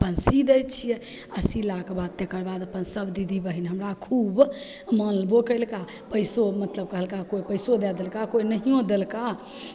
अपन सी दै छिए आओर सिलाकेबाद तकरबाद अपन सभ दीदी बहिन हमरा खूबे मानबो कएलक पइसो मतलब कहलका कोइ पइसो दै देलका कोइ नहिओ देलका